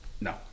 No